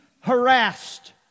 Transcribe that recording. harassed